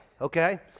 okay